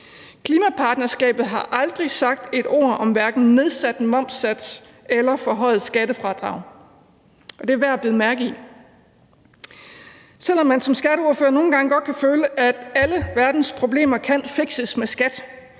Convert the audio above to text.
Klimapartnerskabet har aldrig sagt et ord om hverken nedsat momssats eller forhøjet skattefradrag. Det er værd at bide mærke i. Selv om man som skatteordfører nogle gange godt kan føle, at alle verdens problemer kan fikses med skat,